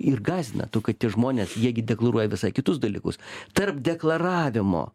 ir gąsdina kad tie žmonės jie gi deklaruoja visai kitus dalykus tarp deklaravimo